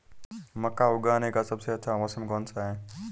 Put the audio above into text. मक्का उगाने का सबसे अच्छा मौसम कौनसा है?